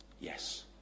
Yes